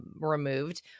removed